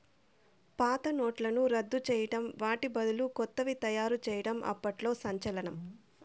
పాత నోట్లను రద్దు చేయడం వాటి బదులు కొత్తవి తయారు చేయడం అప్పట్లో సంచలనం